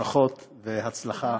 ברכות והצלחה